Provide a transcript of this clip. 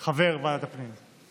אני חבר ועדת הפנים.